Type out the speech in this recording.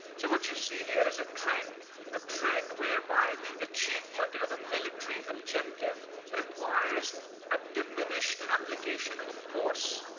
so what you see here is a trend ah trend whereby the achievement of a military objective requires a diminished application of force.